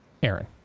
Aaron